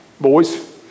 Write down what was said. Boys